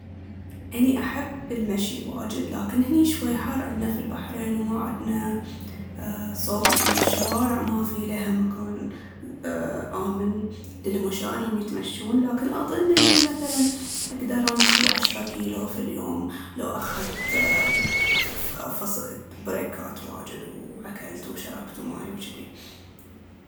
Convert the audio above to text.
اني احب المشي واجد لكن هني شوي حر عندنا في البحرين وما عندنا صوب يعني الشوارع ما في ليها مكان آمن للماشاة انهم يتمشون لكن أضن اني مثلاً اقدر امشي عشرة كيلو في اليوم لو اخذت فص- بريكات واجد وأكلت وشربت ماي وجدي